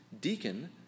deacon